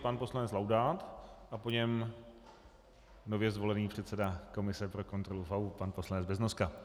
Pan poslanec Laudát, po něm nově zvolený předseda pro kontrolu FAÚ pan poslanec Beznoska.